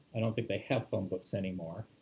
i don't think they have phonebooks anymore,